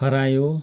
खरायो